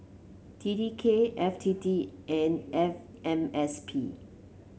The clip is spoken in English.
T T K F T T and F M S P